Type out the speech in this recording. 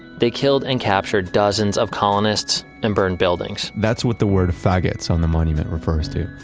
they killed and captured dozens of colonists and burned buildings. that's what the word faggots on the monument refers to.